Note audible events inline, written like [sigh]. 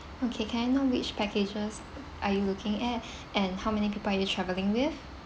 okay can I know which packages are you looking at [breath] and how many people are you travelling with